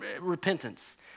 repentance